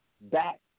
back